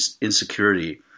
insecurity